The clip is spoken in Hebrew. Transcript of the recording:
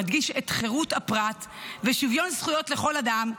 מדגיש את חירות הפרט ואת שוויון הזכויות לכל אדם,